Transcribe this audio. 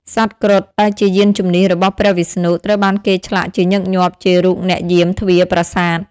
សត្វគ្រុឌដែលជាយានជំនិះរបស់ព្រះវិស្ណុ ត្រូវបានគេឆ្លាក់ជាញឹកញាប់ជារូបអ្នកយាមទ្វារប្រាសាទ។